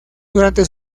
durante